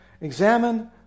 Examine